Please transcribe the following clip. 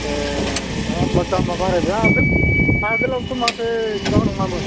ए बाब दामा बारायबाय आगोल आगोलावथ' माथो एसेबां नङामोन